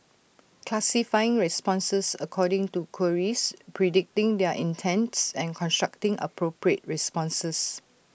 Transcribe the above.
classifying responses according to queries predicting their intents and constructing appropriate responses